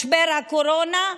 משבר הקורונה,